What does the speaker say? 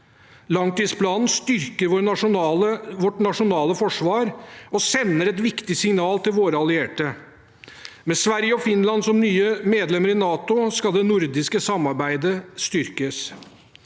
Langtidsplanen styrker vårt nasjonale forsvar og sender et viktig signal til våre allierte. Med Sverige og Finland som nye medlemmer i NATO skal det nordiske samarbeidet styrkes.